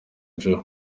joe